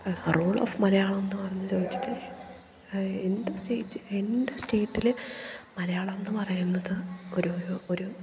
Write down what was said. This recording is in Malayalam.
റൂൾ ഓഫ് മലയാളം എന്നു പറഞ്ഞു ചോദിച്ചിട്ട് എൻ്റെ സ്റ്റേജ് എൻ്റെ സ്റ്റേറ്റിൽ മലയാളം എന്നു പറയുന്നത് ഒരു ഒരു